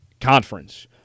conference